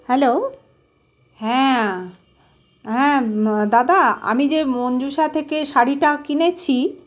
hello হ্যাঁ হ্যাঁ দাদা আমি যে মঞ্জুসা থেকে শাড়িটা কিনেছি